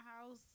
house